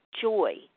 joy